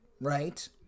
right